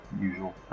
usual